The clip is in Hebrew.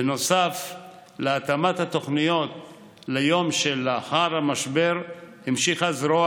בנוסף להתאמת התוכניות ליום שלאחר המשבר המשיכה זרוע